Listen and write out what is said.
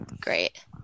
Great